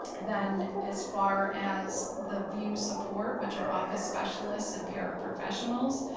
then as far as the vue support, which are office specialists and paraprofessionals,